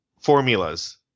formulas